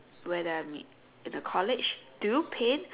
when I'm in the college do you paint